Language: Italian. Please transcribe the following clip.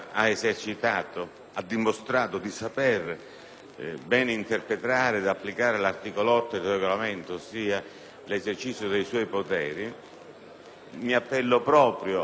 ha dimostrato di saper bene interpretare ed applicare l'articolo 8 del Regolamento relativo all'esercizio dei suoi poteri, mi appello proprio a questa sua